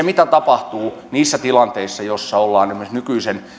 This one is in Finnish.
mitä tapahtuu niissä tilanteissa joissa ollaan esimerkiksi nykyisen